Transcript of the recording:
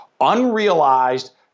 unrealized